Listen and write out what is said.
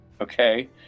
Okay